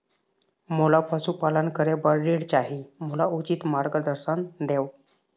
मोला पशुपालन करे बर ऋण चाही, मोला उचित मार्गदर्शन देव?